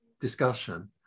discussion